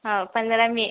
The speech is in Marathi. हो पंधरा मे